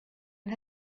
and